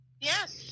Yes